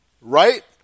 Right